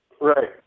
right